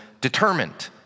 determined